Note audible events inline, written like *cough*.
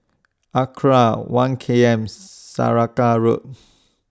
Acra one K M Saraca Road *noise*